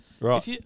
Right